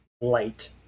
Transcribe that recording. light